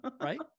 right